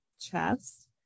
chest